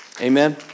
Amen